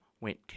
went